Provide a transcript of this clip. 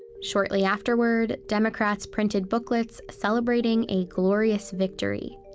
shortly afterward, democrats printed booklets celebrating a glorious victory.